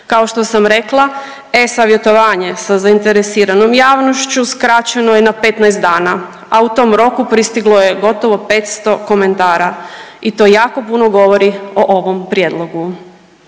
Kao što sam rekla e-savjetovanje sa zainteresiranom javnošću skraćeno je na 15 dana, a u tom roku pristiglo je gotovo 500 komentara i to jako puno govori o ovom prijedlogu.